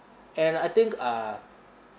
and I think uh